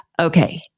Okay